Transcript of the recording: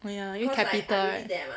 oh ya 因为 capital right